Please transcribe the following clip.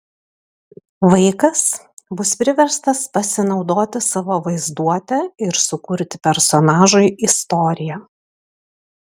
vaikas bus priverstas pasinaudoti savo vaizduote ir sukurti personažui istoriją